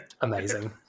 Amazing